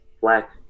black